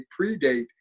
predate